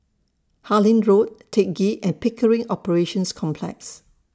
Harlyn Road Teck Ghee and Pickering Operations Complex